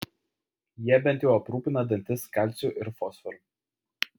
jie bent jau aprūpina dantis kalciu ir fosforu